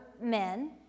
men